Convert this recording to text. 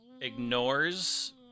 ignores